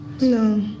no